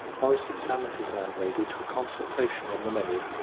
horace had summoned his landlady to a consultation on the menu.